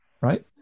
right